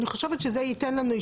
אני חושבת שזה ייתן לנו,